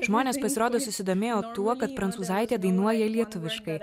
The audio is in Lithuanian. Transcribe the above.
žmonės pasirodo susidomėjo tuo kad prancūzaitė dainuoja lietuviškai